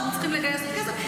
אנחנו צריכים לגייס את הכסף.